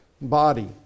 body